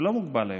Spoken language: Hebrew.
שלא מוגבל היום.